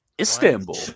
Istanbul